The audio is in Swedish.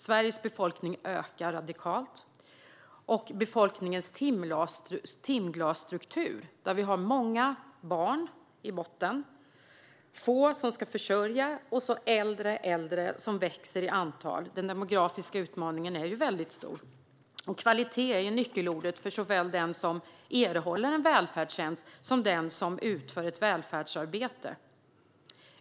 Sveriges befolkning ökar radikalt, med en timglasstruktur, där vi har många barn i botten, få som ska försörja och äldre äldre som växer i antal. Den demografiska utmaningen är väldigt stor. Kvalitet är nyckelordet för såväl den som erhåller en välfärdstjänst som den som utför ett välfärdsarbete.